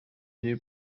view